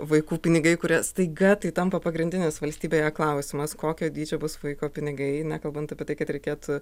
vaikų pinigai kurie staiga tai tampa pagrindinis valstybėje klausimas kokio dydžio bus vaiko pinigai nekalbant apie tai kad reikėtų